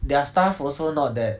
their staff also not that